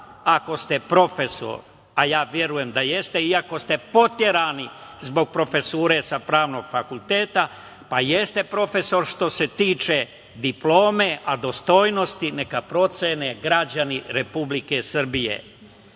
ako ste profesor, a ja verujem da jeste, iako ste poterani zbog profesure sa Pravnog fakulteta. Jeste profesor što se tiče diplome, a dostojnosti, neka procene građani Republike